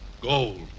gold